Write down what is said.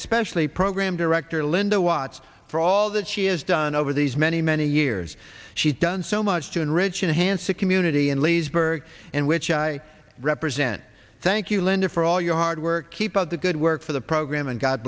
especially program director linda watts for all that she has done over these many many years she's done so much to enrich inhance a community he and leesburg and which i represent thank you linda for all your hard work keep up the good work for the program and god